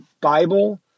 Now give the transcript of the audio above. Bible